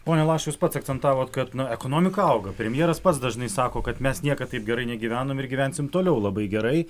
pone lašai jūs pats akcentavot kad na ekonomika auga premjeras pats dažnai sako kad mes niekad taip gerai negyvenom ir gyvensim toliau labai gerai